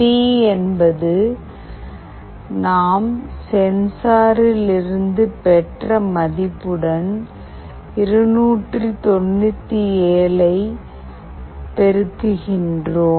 B என்பது நாம் சென்சாரில் இருந்து பெற்ற மதிப்புடன் 297 பெருக்கு கின்றோம்